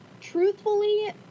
truthfully